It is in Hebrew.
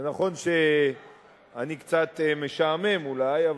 ונכון שאני קצת משעמם אולי,